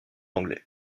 anglais